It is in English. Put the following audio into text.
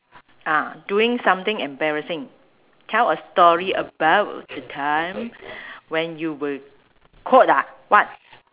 ah doing something embarrassing tell a story about a time when you were caught ah what